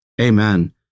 amen